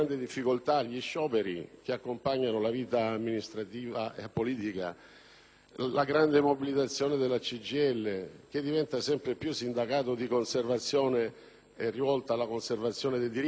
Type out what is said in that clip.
alla grande mobilitazione della CGIL, che diventa sempre più sindacato di conservazione, rivolto cioè alla conservazione dei diritti più che allo sviluppo e all'occupazione per proteggere i giovani.